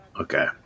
okay